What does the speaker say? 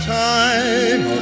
time